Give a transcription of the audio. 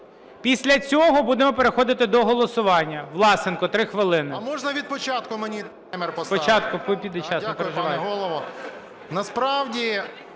Після цього будемо переходити до голосування. Власенко, 3 хвилини.